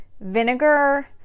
vinegar